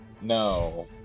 No